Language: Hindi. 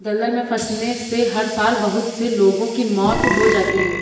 दलदल में फंसने से हर साल बहुत से लोगों की मौत हो जाती है